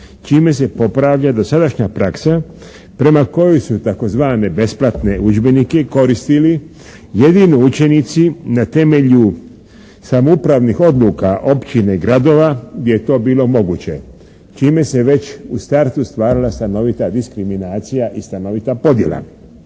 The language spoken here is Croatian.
čime se popravlja dosadašnja praksa prema kojoj su tzv. besplatne udžbenike koristili jedino učenici na temelju samoupravnih odluka općina i gradova gdje je to bilo moguće, čime se je već u startu stvarala stanovita diskriminacija i stanovita podjela.